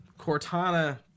Cortana